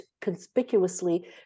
conspicuously